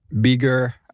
bigger